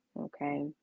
okay